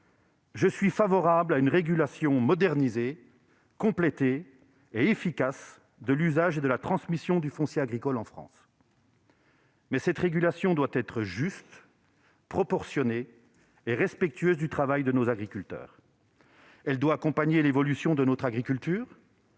je suis favorable à une régulation modernisée, complétée, efficace, de l'usage et de la transmission du foncier agricole en France. Cependant cette régulation doit être juste, proportionnée et respectueuse du travail de nos agriculteurs. Elle doit accompagner l'évolution de notre agriculture,